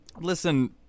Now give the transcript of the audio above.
listen